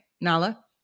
Nala